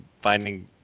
finding